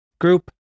group